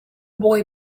boy